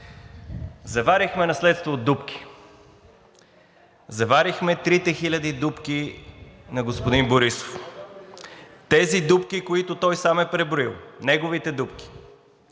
Заварихме наследство от дупки. Заварихме 3-те хиляди дупки на господин Борисов. Тези дупки, които той сам е преброил, неговите дупки.